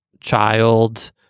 child